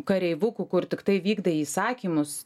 kareivuku kur tiktai vykdai įsakymus